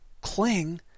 cling